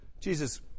Jesus